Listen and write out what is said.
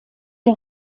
der